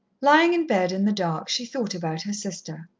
lying in bed in the dark, she thought about her sister.